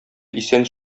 исән